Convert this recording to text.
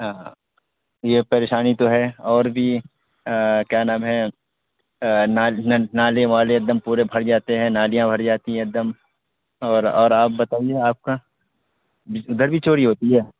ہاں ہاں یہ پریشانی تو ہے اور بھی کیا نام ہے نالیاں نالے والے بند پورے بھر جاتے ہیں نالیاں بھر جاتی ہیں ایک دم اور اور آپ بتائیے آپ کا ادھر بھی چوری ہوتی ہے